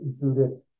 included